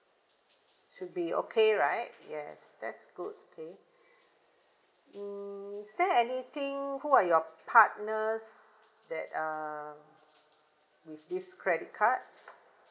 should be okay right yes that's good okay mm is there anything who are your partners that uh with this credit card